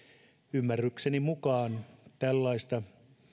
ymmärrykseni mukaan tällaista